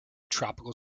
tropical